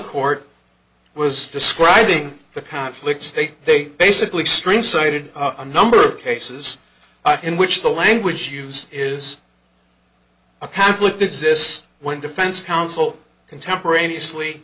court was describing the conflict state they basically stream cited a number of cases in which the language used is a conflict exists when defense counsel contemporaneously